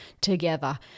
together